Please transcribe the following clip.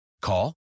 Call